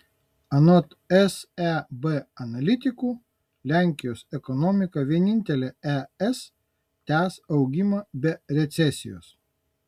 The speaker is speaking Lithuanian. anot seb analitikų lenkijos ekonomika vienintelė es tęs augimą be recesijos